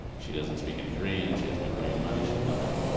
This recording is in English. she doesn't speak any korean. she has no korean money. she's nothing.